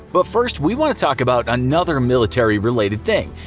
but first we want to talk about another military related thing,